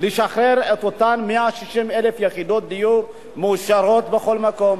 לשחרר את אותן 160,000 יחידות דיור מאושרות בכל מקום.